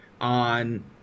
On